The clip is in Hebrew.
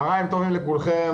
צהריים טובים לכולכם,